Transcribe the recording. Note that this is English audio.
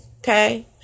Okay